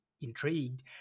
intrigued